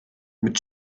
mit